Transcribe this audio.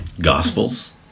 Gospels